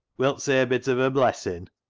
wilt' say a bit of a blessin'?